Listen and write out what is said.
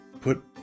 Put